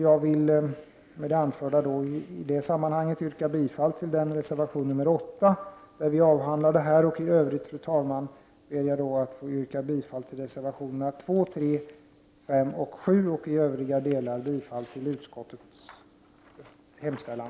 Jag vill med det anförda yrka bifall till reservationerna 2, 3, 5, 7 och 8 och i övrigt bifall till utskottets hemställan.